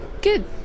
Good